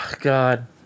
God